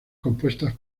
compuestas